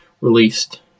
released